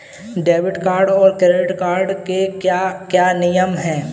Debit card और credit card के क्या क्या नियम हैं?